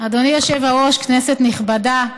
אדוני היושב-ראש, כנסת נכבדה,